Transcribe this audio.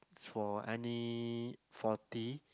for any faulty